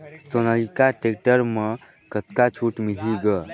Sonalika tractor म कतका छूट मिलही ग?